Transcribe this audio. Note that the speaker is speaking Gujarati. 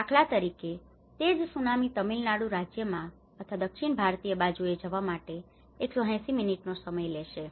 દાખલા તરીકે તે જ સુનામી તમિળનાડુ રાજ્યમાં અથવા દક્ષિણ ભારતીય બાજુએ જવા માટે 180 મિનિટનો સમય લેશે